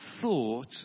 thought